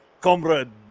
comrade